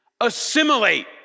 assimilate